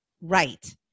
Right